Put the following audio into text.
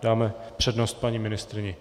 Dáme přednost paní ministryni.